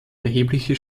erhebliche